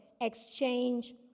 exchange